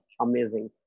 amazing